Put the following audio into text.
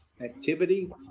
activity